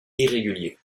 irrégulier